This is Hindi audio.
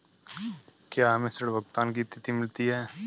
क्या हमें ऋण भुगतान की तिथि मिलती है?